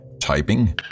typing